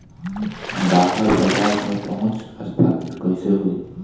बाहर बाजार में पहुंच स्थापित कैसे होई?